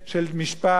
של משפט,